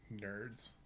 nerds